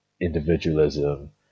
individualism